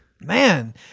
Man